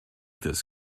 this